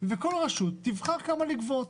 וכל רשות תבחר כמה לגבות,